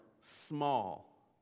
small